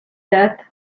that